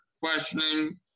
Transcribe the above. questioning